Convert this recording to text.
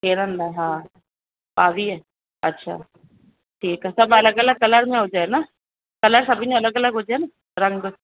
सेणनि लाइ हा ॿावीअ अच्छा ठीकु आहे सभु अलॻि अलॻि कलर में हुजे न कलर सभिनी जा अलॻि अलॻि हुजनि रंग